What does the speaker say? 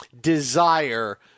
Desire